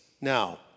Now